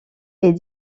est